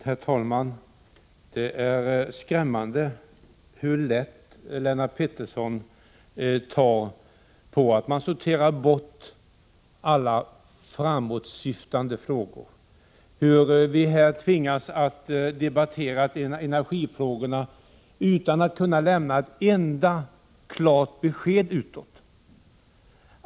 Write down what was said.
Herr talman! Det är skrämmande hur lätt Lennart Pettersson tar på att man sorterar bort alla framåtsyftande frågor och på att vi här tvingas debattera energifrågorna utan att kunna lämna ett enda klart besked utåt.